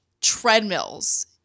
treadmills